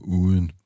uden